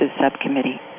Subcommittee